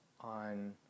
on